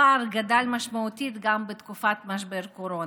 הפער גדל משמעותית גם בתקופת משבר קורונה.